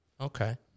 Okay